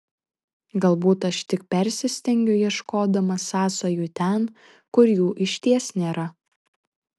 galbūt aš tik persistengiu ieškodama sąsajų ten kur jų išties nėra